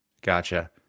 Gotcha